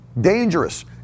Dangerous